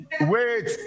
Wait